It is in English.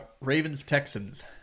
Ravens-Texans